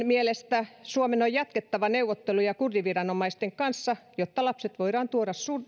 mielestä suomen on jatkettava neuvotteluja kurdiviranomaisten kanssa jotta lapset voidaan tuoda